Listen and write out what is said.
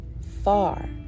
far